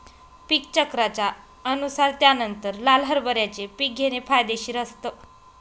पीक चक्राच्या अनुसार त्यानंतर लाल हरभऱ्याचे पीक घेणे फायदेशीर असतं